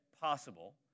possible